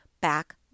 back